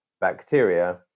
bacteria